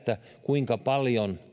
kuinka paljon